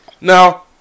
now